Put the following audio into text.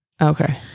okay